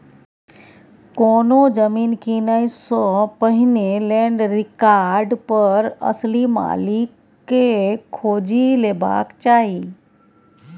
कोनो जमीन कीनय सँ पहिने लैंड रिकार्ड पर असली मालिक केँ खोजि लेबाक चाही